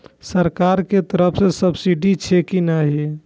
सरकार के तरफ से सब्सीडी छै कि नहिं?